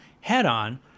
head-on